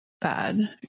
bad